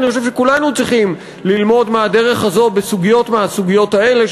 ואני חושב שכולנו צריכים ללמוד מהדרך הזו בסוגיות האלה,